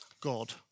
God